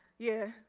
yeah,